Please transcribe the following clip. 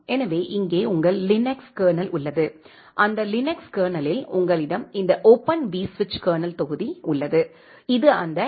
எனவே இங்கே உங்கள் லினக்ஸ் கர்னல் உள்ளது அந்த லினக்ஸ் கர்னலில் உங்களிடம் இந்த ஓபன் விஸ்விட்ச் கர்னல் தொகுதி உள்ளது இது அந்த டி